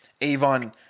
Avon